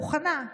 מוכנה,